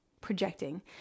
Projecting